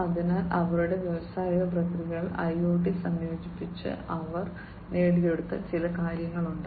അതിനാൽ അവരുടെ വ്യാവസായിക പ്രക്രിയകളിൽ IoT സംയോജിപ്പിച്ച് അവർ നേടിയെടുത്ത ചില കാര്യങ്ങളുണ്ട്